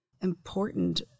important